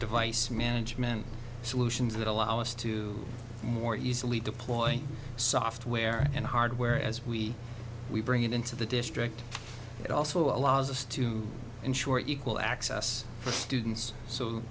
device management solutions that allow us to more easily deploy software and hardware as we we bring it into the district it also allows us to ensure equal access for students so